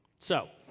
so,